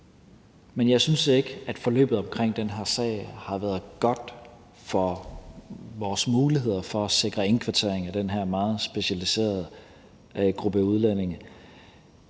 Men jeg synes ikke, at forløbet omkring den her sag har været godt for vores muligheder for at sikre indkvartering af den her meget specialiserede gruppe udlændinge.